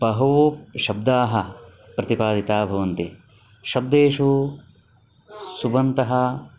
बहवः शब्दाः प्रतिपादिताः भवन्ति शब्देषु सुबन्तः